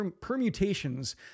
permutations